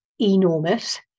enormous